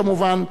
כמובן,